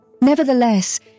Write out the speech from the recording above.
Nevertheless